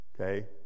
Okay